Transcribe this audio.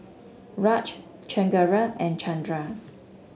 Raj Chengara and Chandra